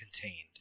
contained